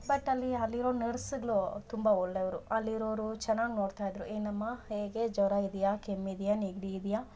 but ಅಲ್ಲಿ ಅಲ್ಲಿರೋ ನರ್ಸ್ಗ್ಳು ತುಂಬ ಒಳ್ಳೆವ್ರು ಅಲ್ಲಿರೋರು ಚೆನ್ನಾಗ್ ನೋಡ್ತಾಯಿದ್ರು ಏನಮ್ಮಾ ಹೇಗೆ ಜ್ವರ ಇದೆಯಾ ಕೆಮ್ಮು ಇದೆಯಾ ನೆಗಡಿ ಇದೆಯಾ